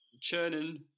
churning